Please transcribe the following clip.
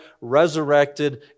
resurrected